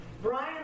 Brian